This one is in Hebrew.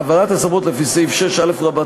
העברת הסמכות לפי סעיף 6א(א)(6)